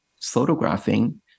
photographing